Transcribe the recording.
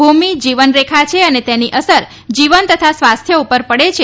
ભૂમિ જીવન રેખા છે અને તેની અસર જીવન તથા સ્વાસ્થ્ય પર પડે છે